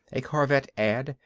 a korvette ad,